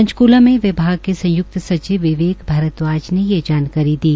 पंचकूला में विभाग के संयुक्त सचिव विवेक भारदवाज ने यह जानकारी दी